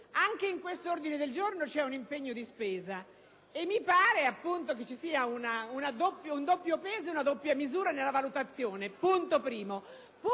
Anche in quest’ordine del giorno c’eun impegno di spesa: mi pare quindi che ci sia un doppio peso e una doppia misura nella valutazione. Inoltre,